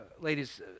ladies